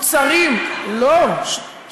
מוצרים, לא נכון, לא.